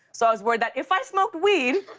so i was worried that if i smoked weed,